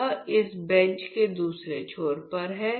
यह इस बेंच के दूसरे छोर पर है